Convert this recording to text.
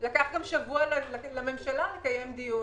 לקח גם שבוע לממשלה לקיים דיון.